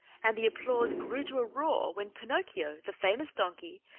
and the applause grew to a roar when pinocchio, the famous donkey,